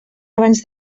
abans